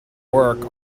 work